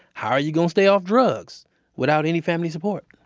how are you gonna stay off drugs without any family support?